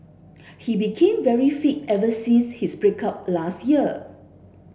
he became very fit ever since his break up last year